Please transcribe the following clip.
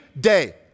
day